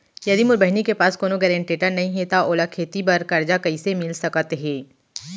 यदि मोर बहिनी के पास कोनो गरेंटेटर नई हे त ओला खेती बर कर्जा कईसे मिल सकत हे?